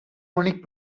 únic